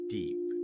deep